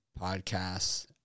podcasts